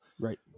right